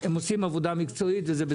עבודה מקצועית.